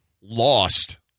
lost